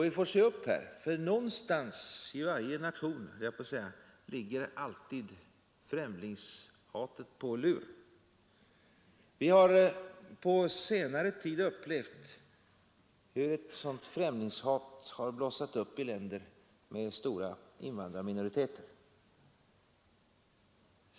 Vi får se upp här, därför att någonstans i varje nation ligger främlingshatet på lur. Vi har på senare tid upplevt hur ett sådant främlingshat har blossat upp i länder med stora invandrarminoriteter.